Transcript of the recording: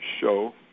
show